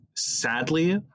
Sadly